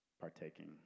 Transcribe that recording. partaking